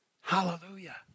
Hallelujah